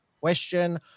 question